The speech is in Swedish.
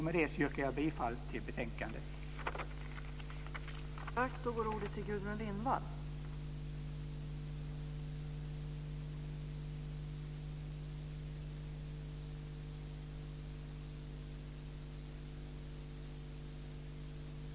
Med detta yrkar jag bifall till utskottets hemställan.